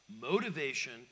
motivation